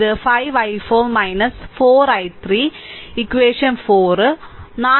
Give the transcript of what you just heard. ഇത് 5 i4 4 I3 equation 4